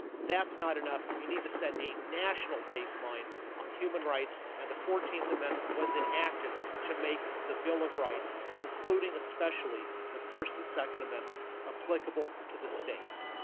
that's not enough. we need to set a national baseline on human rights and the fourteenth amendment was enacted to make the bill of rights, including especially the first and second amendments, applicable to the states.